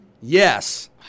Yes